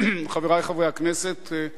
חברי חברי הכנסת,